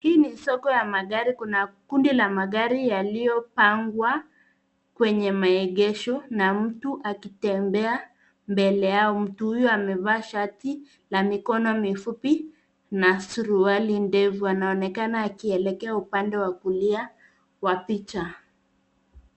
Hii ni soko ya magari. Kuna kundi la magari yaliyopangwa kwenye maegesho na mtu akitembea mbele yao. Mtu huyu amevaa shati la mikono mifupi na suruali ndefu. Anaonekana akieleka upande wa kulia wa picha.